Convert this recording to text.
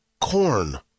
corn